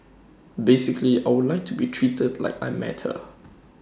basically I would like to be treated like I matter